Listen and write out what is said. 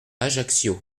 ajaccio